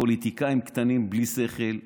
פוליטיקאים קטנים בלי שכל.